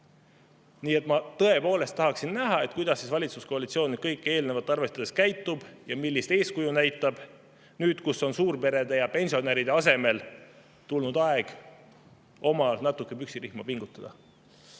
Nii et ma tõepoolest tahaksin näha, kuidas valitsuskoalitsioon nüüd kõike eelnevat arvestades käitub ja millist eeskuju näitab. Nüüd, kui on tulnud aeg suurperede ja pensionäride asemel ise natuke oma püksirihma pingutada,